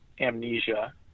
amnesia